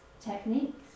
techniques